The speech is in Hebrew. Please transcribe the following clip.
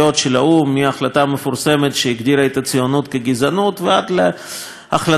מההחלטה המפורסמת שהגדירה את הציונות כגזענות ועד להחלטות למיניהן,